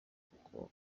kuko